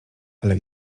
ale